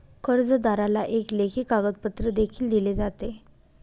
कर्जदाराला एक लेखी कागदपत्र देखील दिले जाते